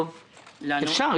בסדר, אפשר.